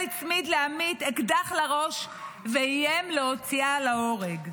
הצמיד לעמית אקדח לראש ואיים להוציאה להורג.